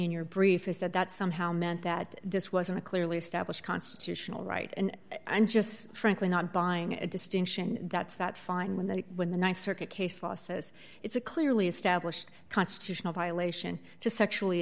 in your brief is that that somehow meant that this wasn't a clearly established constitutional right and i'm just frankly not buying a distinction that's that fine when they when the th circuit case law says it's a clearly established constitutional violation to sexually